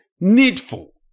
needful